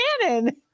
cannon